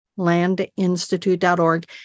Landinstitute.org